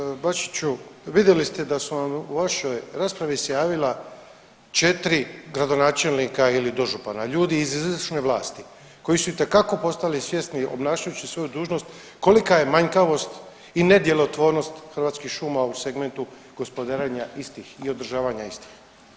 Uvaženi g. Bačiću, vidjeli ste da su vam u vašoj raspravi se javila 4 gradonačelnika ili dožupana, ljudi iz izvršne vlasti koji su itekako postali svjesni obnašajući svoju dužnost kolika je manjkavost i nedjelotvornost Hrvatskih šuma u segmentu gospodarenju istih i održavanja istih.